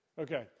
okay